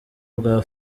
bwa